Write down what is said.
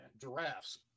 giraffes